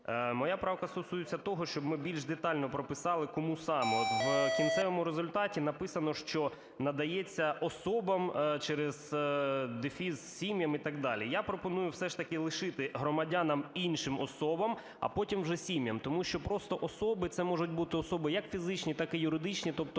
Моя правка стосується того, щоб ми більш детально прописали, кому саме. От в кінцевому результаті написано, що надається особам через дефіс сім'ям і так далі. Я пропоную все ж таки лишити "громадянам, іншим особам", а потім вже сім'ям. Тому що просто "особи" - це можуть бути особи як фізичні, так і юридичні, тобто